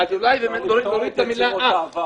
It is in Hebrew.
אולי נוריד את המילה "אך":